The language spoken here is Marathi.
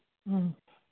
हं